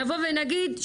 נבוא ונגיד,